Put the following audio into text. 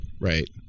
Right